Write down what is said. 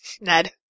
Ned